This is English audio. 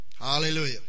Hallelujah